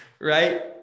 right